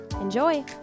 Enjoy